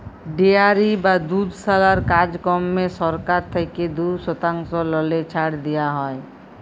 dairy বা দুধশালার কাজকম্মে সরকার থ্যাইকে দু শতাংশ ললে ছাড় দিয়া হ্যয়